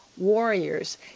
warriors